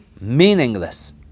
meaningless